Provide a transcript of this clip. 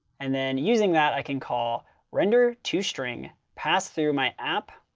and then using that, i can call render to string pass through my app,